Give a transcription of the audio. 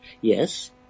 Yes